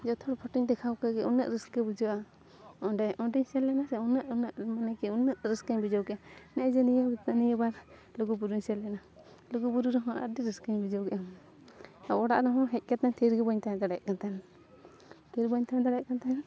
ᱡᱷᱚᱛᱚ ᱦᱚᱲ ᱯᱷᱳᱴᱳᱧ ᱫᱮᱠᱷᱟᱣ ᱠᱮᱫ ᱜᱮ ᱩᱱᱟᱹᱜ ᱨᱟᱹᱥᱠᱟᱹ ᱵᱩᱡᱷᱟᱹᱜᱼᱟ ᱚᱸᱰᱮ ᱚᱸᱰᱮᱧ ᱥᱮᱱ ᱞᱮᱱᱟ ᱥᱮ ᱩᱱᱟᱹᱜ ᱩᱱᱟᱹᱜ ᱢᱟᱱᱮ ᱠᱤ ᱩᱱᱟᱹᱜ ᱨᱟᱹᱥᱠᱟᱹᱧ ᱵᱩᱡᱷᱟᱹᱣ ᱠᱮᱜᱼᱟ ᱤᱱᱟᱹᱜ ᱡᱮ ᱱᱤᱭᱟᱹ ᱱᱤᱭᱟᱹ ᱵᱟᱨ ᱞᱩᱜᱩ ᱵᱩᱨᱩᱧ ᱥᱮᱱ ᱞᱮᱱᱟ ᱞᱩᱜᱩ ᱵᱩᱨᱩ ᱨᱮᱦᱚᱸ ᱟᱹᱰᱤ ᱨᱟᱹᱥᱠᱟᱹᱧ ᱵᱩᱡᱷᱟᱹᱣ ᱠᱮᱜᱼᱟ ᱟᱨ ᱚᱲᱟᱜ ᱨᱮᱦᱚᱸ ᱦᱮᱡ ᱠᱟᱛᱮᱫ ᱛᱷᱤᱨᱜᱮ ᱵᱟᱹᱧ ᱛᱟᱦᱮᱸ ᱫᱟᱲᱮᱭᱟᱜ ᱠᱟᱱ ᱛᱟᱦᱮᱱ ᱛᱷᱤᱨ ᱵᱟᱹᱧ ᱛᱟᱦᱮᱸ ᱫᱟᱲᱮᱭᱟᱜ ᱠᱟᱱ ᱛᱟᱦᱮᱱᱟ